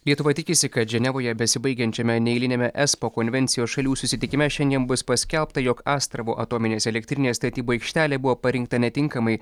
lietuva tikisi kad ženevoje besibaigiančiame neeiliniame espo konvencijos šalių susitikime šiandien bus paskelbta jog astravo atominės elektrinės statybų aikštelė buvo parinkta netinkamai